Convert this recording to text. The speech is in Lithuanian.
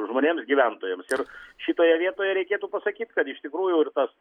žmonėms gyventojams ir šitoje vietoje reikėtų pasakyt kad iš tikrųjų ir tas